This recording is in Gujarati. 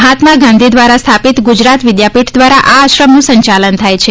મહાત્મા ગાંધી દ્વારા સ્થાપિત ગુજરાત વિદ્યાપીઠ દ્વારા આ આશ્રમનું સંચાલન થાય છે